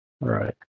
Right